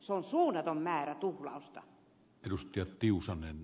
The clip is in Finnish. se on suunnaton määrä tuhlausta